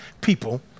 people